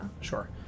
Sure